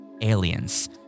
Aliens